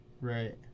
Right